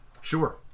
Sure